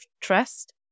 trust